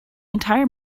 entire